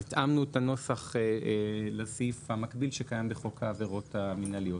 התאמנו את הנוסח לסעיף המקביל שקיים בחוק העבירות המינהליות.